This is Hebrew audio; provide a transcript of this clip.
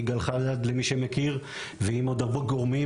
יגאל חדד ועוד הרבה גורמים,